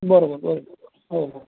बरं बरं बरं हो हो